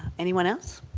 anyone else?